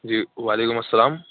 جی وعلیکم السلام